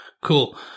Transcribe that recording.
cool